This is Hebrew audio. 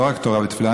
לא רק תורה ותפילה,